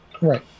Right